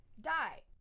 Die